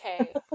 Okay